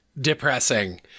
depressing